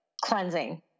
cleansing